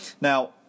Now